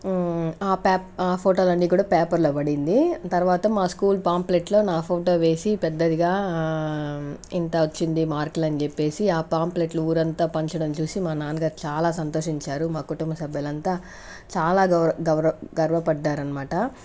pay ఆ ఫోటోలన్నీ కూడా పేపర్లో పడింది తర్వాత మా స్కూల్ పాంప్లెట్లో నా ఫోటో వేసి పెద్దదిగా ఇంత వచ్చింది మార్క్లని చెప్పేసి ఆ పాంప్లెట్లు ఊరంతా పంచడం చూసి మా నాన్నగారు చాలా సంతోషించారు మా కుటుంబ సభ్యులంతా చాలా గౌర గౌర గర్వపడ్డారు అనమాట